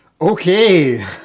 Okay